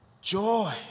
Joy